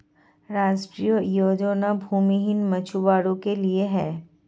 राष्ट्रीय योजना भूमिहीन मछुवारो के लिए है